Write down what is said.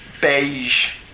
beige